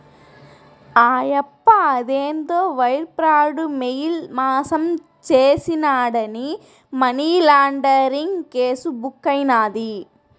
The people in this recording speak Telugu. ఆయప్ప అదేందో వైర్ ప్రాడు, మెయిల్ మాసం చేసినాడాని మనీలాండరీంగ్ కేసు బుక్కైనాది